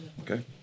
Okay